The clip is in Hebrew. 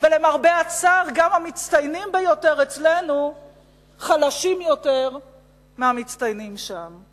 ולמרבה הצער גם המצטיינים ביותר אצלנו חלשים יותר מהמצטיינים שם.